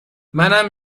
منم